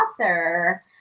author